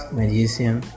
magician